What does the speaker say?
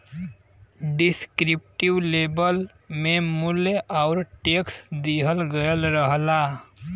descriptive label में मूल्य आउर टैक्स दिहल गयल रहला